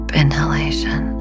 inhalation